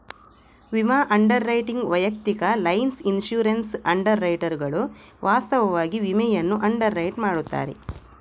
ವಿಮಾ underwriting ವೈಯಕ್ತಿಕ lines insurance ಅಂಡರ್ ರೈಟರುಗಳು ವಾಸ್ತವವಾಗಿ ವಿಮೆಯನ್ನು ಅಂಡರ್ ರೈಟ್ ಮಾಡುತ್ತಾರೆ